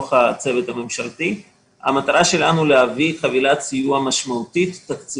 בתוך הצוות הממשלתי - המטרה שלנו היא להביא חבילת סיוע תקציבית